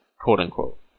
quote-unquote